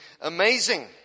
amazing